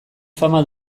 fama